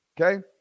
Okay